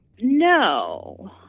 No